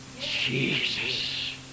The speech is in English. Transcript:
Jesus